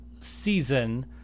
Season